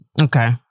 Okay